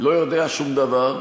לא יודע שום דבר,